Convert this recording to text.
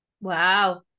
Wow